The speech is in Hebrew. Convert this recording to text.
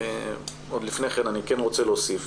אני רוצה להוסיף